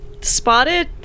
spotted